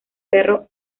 perro